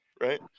right